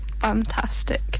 Fantastic